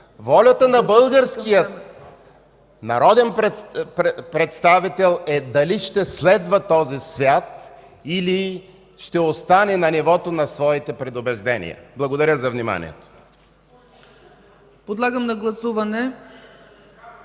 Волята на българския народен представител е дали ще следва този свят, или ще остане на нивото на своите предубеждения. Благодаря за вниманието.